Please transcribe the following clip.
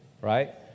right